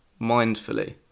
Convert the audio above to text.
mindfully